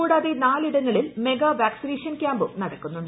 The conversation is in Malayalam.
കൂടാതെ നാലിടങ്ങളിൽ മെഗാ വാക്സിനേഷൻ ക്യാമ്പും നടക്കുന്നുണ്ട്